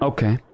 Okay